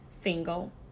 single